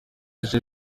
aje